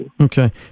Okay